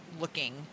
looking